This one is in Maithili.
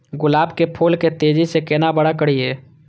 गुलाब के फूल के तेजी से केना बड़ा करिए?